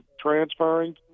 transferring